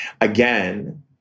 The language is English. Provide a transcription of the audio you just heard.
again